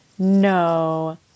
No